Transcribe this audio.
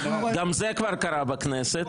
גם זה כבר קרה בכנסת.